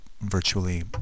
virtually